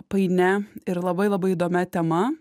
painia ir labai labai įdomia tema